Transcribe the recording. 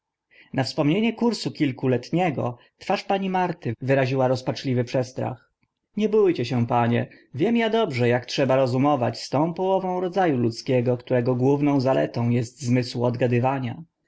na wspomnienie kursu kilkoletniego twarz pani marty wyraziła rozpaczliwy przestrach nie bó cie się panie wiem a dobrze ak trzeba rozumować z tą połową rodu ludzkiego które główną zaletą est zmysł odgadywania